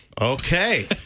Okay